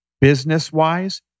business-wise